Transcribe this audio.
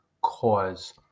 cause